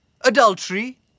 Adultery